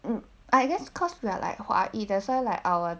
mm I guess cause we are like 华裔 that why's like our